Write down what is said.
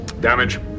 Damage